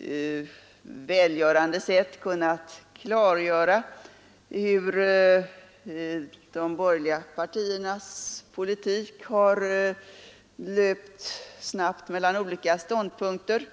ett välgörande sätt kunnat klargöra hur de borgerliga partiernas politik snabbt skiftat mellan olika ståndpunkter.